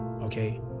okay